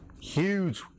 Huge